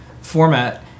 format